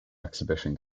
exhibition